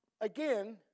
again